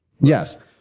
Yes